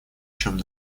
чем